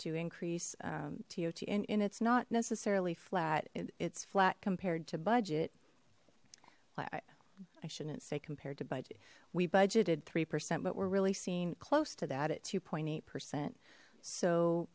to increase tod and it's not necessarily flat its flat compared to budget why i shouldn't say compared to but we budgeted three percent but we're really seeing close to that at two eight percent so